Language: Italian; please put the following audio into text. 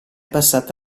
passata